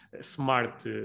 smart